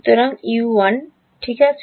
সুতরাং এগুলি সব U এর ঠিক আছে